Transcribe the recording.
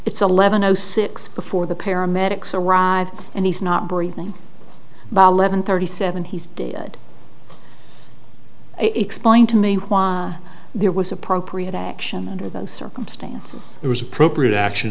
it's eleven o six before the paramedics arrive and he's not breathing by eleven thirty seven he's dead explain to me why there was appropriate action under those circumstances it was appropriate action